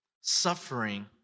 Suffering